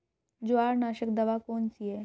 जवार नाशक दवा कौन सी है?